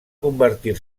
convertir